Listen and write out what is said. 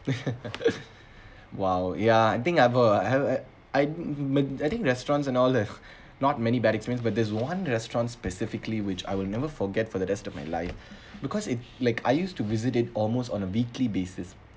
!whoa! ya I think I've a I I mm I think restaurants and all the not many bad experience but this one restaurants specifically which I will never forget for the rest of my life because it like I used to visit it almost on a weekly basis